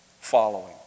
following